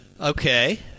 Okay